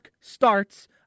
starts